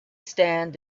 stand